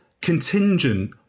contingent